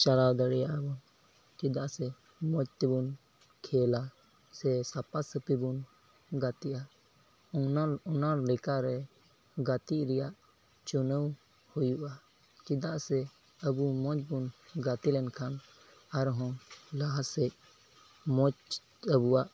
ᱪᱟᱞᱟᱣ ᱫᱟᱲᱮᱭᱟᱜ ᱟᱵᱚᱱ ᱪᱮᱫᱟᱜ ᱥᱮ ᱢᱚᱡᱽ ᱛᱮᱵᱚᱱ ᱠᱷᱮᱞᱟ ᱥᱮ ᱥᱟᱯᱷᱟ ᱥᱟᱹᱯᱷᱤ ᱵᱚᱱ ᱜᱟᱛᱮᱜᱼᱟ ᱚᱱᱟ ᱞᱮᱠᱟᱨᱮ ᱜᱟᱛᱮᱜ ᱨᱮᱭᱟᱜ ᱪᱩᱱᱟᱹᱣ ᱦᱩᱭᱩᱜᱼᱟ ᱪᱮᱫᱟᱜ ᱥᱮ ᱟᱵᱚ ᱢᱚᱡᱽᱵᱚᱱ ᱜᱟᱛᱮ ᱞᱮᱱᱠᱷᱟᱱ ᱟᱨᱦᱚᱸ ᱞᱟᱦᱟᱥᱮᱫ ᱢᱚᱡᱽ ᱟᱵᱚᱣᱟᱜ